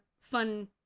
fun